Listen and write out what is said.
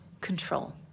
control